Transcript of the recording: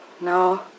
No